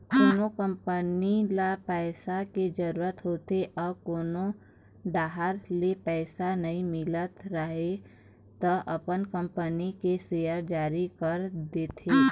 कोनो कंपनी ल पइसा के जरूरत होथे अउ कोनो डाहर ले पइसा नइ मिलत राहय त अपन कंपनी के सेयर जारी कर देथे